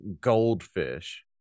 goldfish